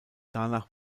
danach